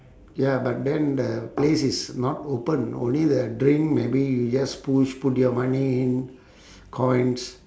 ya but then the place is not open only the drink maybe you just push put your money in coins